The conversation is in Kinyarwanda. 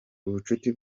ubushuti